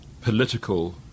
political